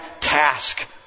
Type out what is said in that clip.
task